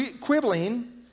quibbling